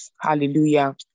Hallelujah